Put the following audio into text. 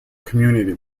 community